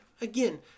again